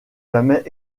jamais